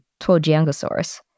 Tuojiangosaurus